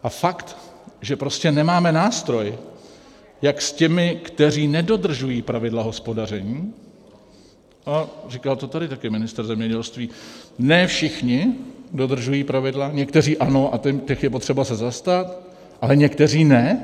A fakt, že prostě nemáme nástroj, jak s těmi, kteří nedodržují pravidla hospodaření a říkal to tady taky ministr zemědělství, ne všichni dodržují pravidla, někteří ano a těch je potřeba se zastat, ale někteří ne...